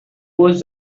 was